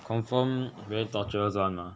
confirm very torturous [one] mah